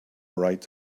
right